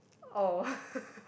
oh